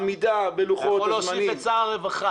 עמידה בלוחות הזמנים למתן --- אתה יכול להוסיף את שר הרווחה,